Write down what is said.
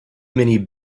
many